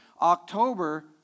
October